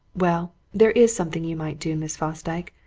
well, there is something you might do, miss fosdyke,